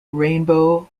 rainbow